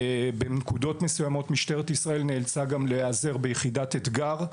בנקודות מסוימות נאצלה משטרת ישראל להיעזר ב- ׳יחידת אתגר׳,